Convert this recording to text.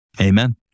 Amen